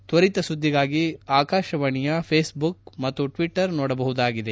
ತ್ವರಿತ ಸುದ್ದಿಗಾಗಿ ಆಕಾಶವಾಣಿಯ ಫೇಸ್ಬುಕ್ ಮತ್ತು ಟ್ವಿಟ್ಟರ್ ನೋಡಬಹುದಾಗಿದೆ